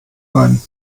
ein